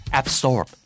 absorb